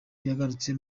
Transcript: yagarutse